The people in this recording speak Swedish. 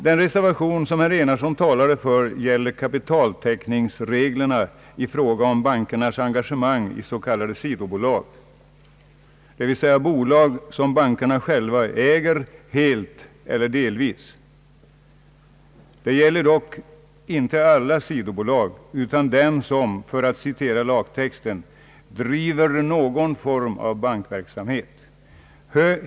Den reservation som herr Enarsson talade för gäller kapitaltäckningsreglerna i fråga om bankernas engagemang i s.k. sidobolag, dvs. bolag som bankerna själva äger helt eller delvis. Det gäller dock inte alla sidobolag utan dem som, för att citera lagtexten, »driver någon form av bankverksamhet».